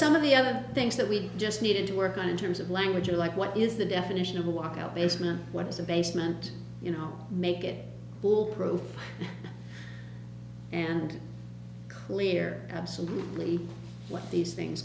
some of the other things that we just needed to work on in terms of language are like what is the definition of a walk out basement what is a basement you know make it cool pro and clear absolutely what these things